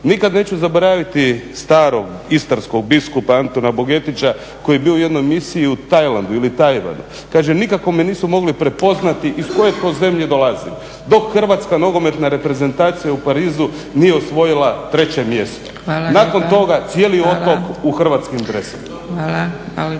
Nikad neću zaboraviti starog istarskog biskupa Antuna Bogetića koji je bio u jednoj misiji u Tajlandu ili Tajvanu. Kaže nikako me nisu mogli prepoznati iz koje to zemlje dolazim dok Hrvatska nogometna reprezentacija u Parizu nije osvojila 3. mjesto… …/Upadica: Hvala lijepa.